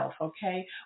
okay